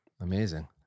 Amazing